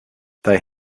they